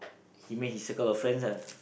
he make his circle of friends ah